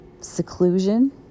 seclusion